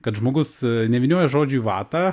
kad žmogus nevynioja žodžių į vatą